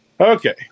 okay